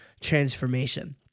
transformation